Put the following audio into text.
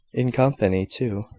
in company, too,